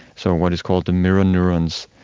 so what is called the mirror neurons,